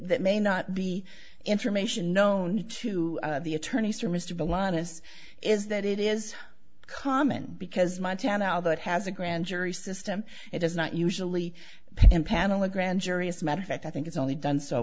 that may not be information known to the attorneys or mr villainess is that it is common because montana although it has a grand jury system it does not usually empanel a grand jury as matter of fact i think it's only done so